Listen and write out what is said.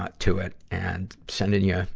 ah to it. and sending ya,